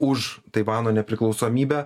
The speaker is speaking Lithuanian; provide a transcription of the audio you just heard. už taivano nepriklausomybę